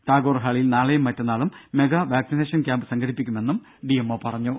ടാഗോർ ഹാളിൽ നാളെയും മറ്റന്നാളും മെഗാ വാക്സിനേഷൻ ക്യാമ്പ് സംഘടിപ്പിക്കുമെന്നും ഡി എം ഒ പറഞ്ഞു